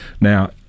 Now